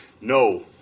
no